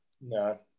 No